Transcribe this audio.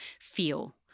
feel –